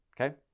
Okay